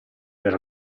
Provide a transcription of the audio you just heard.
per